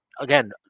again